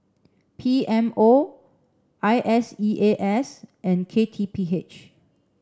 P M O I S E A S and K T P H